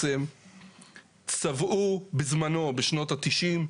צבעו בזמנו, בשנות ה-90,